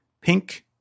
pink